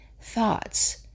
thoughts